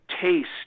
Taste